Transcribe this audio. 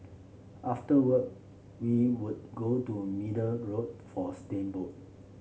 after work we would go to Middle Road for steamboat